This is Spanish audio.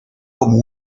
como